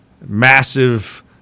massive